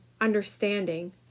understanding